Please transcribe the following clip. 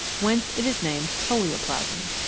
whence it is named polioplasm.